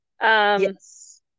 Yes